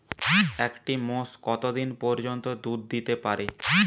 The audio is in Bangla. একটি মোষ কত দিন পর্যন্ত দুধ দিতে পারে?